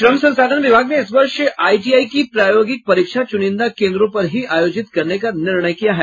श्रम संसाधन विभाग ने इस वर्ष आईटीआई की प्रायोगिक परीक्षा चुनिंदा केन्द्रों पर ही आयोजित करने का निर्णय किया है